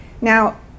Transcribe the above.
Now